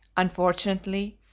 unfortunately,